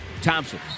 Thompson